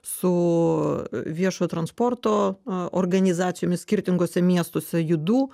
su viešojo transporto organizacijomis skirtinguose miestuose judu